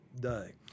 day